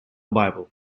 bible